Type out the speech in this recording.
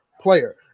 player